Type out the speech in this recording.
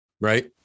Right